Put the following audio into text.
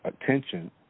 attention